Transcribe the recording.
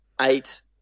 eight